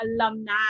alumni